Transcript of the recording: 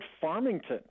Farmington